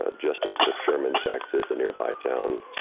and just east of sherman, texas, the nearby town,